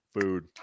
Food